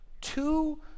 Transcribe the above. Two